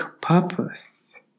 purpose